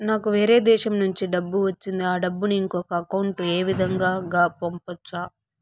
నాకు వేరే దేశము నుంచి డబ్బు వచ్చింది ఆ డబ్బును ఇంకొక అకౌంట్ ఏ విధంగా గ పంపొచ్చా?